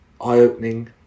eye-opening